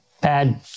bad